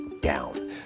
down